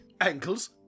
Ankles